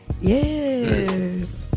Yes